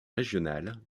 régionale